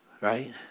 Right